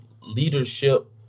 leadership